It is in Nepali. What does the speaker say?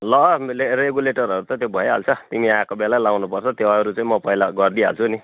ल है मैले रेगुलेटरहरू त त्यो भइहाल्छ तिमी आएको बेला लगाउनुपर्छ त्यो अरू चाहिँ म पहिला गरिदिई हाल्छु नि